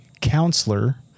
counselor